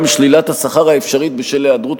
גם שלילת השכר האפשרית בשל היעדרות